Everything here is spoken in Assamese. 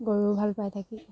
গৰুৱেও ভাল পাই থাকি